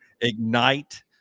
ignite